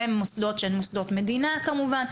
במוסדות שהם מוסדות מדינה כמובן,